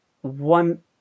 One